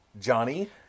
Johnny